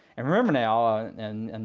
and remember now, ah and and